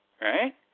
right